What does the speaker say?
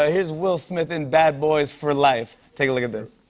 ah here's will smith in bad boys for life. take a look at this.